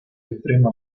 extremo